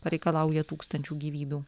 pareikalauja tūkstančių gyvybių